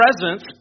Presence